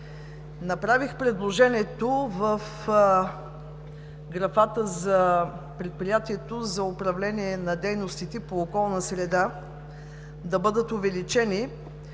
Направих предложение в графата за предприятието за управление на дейностите по околна среда да бъдат увеличени